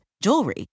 jewelry